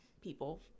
people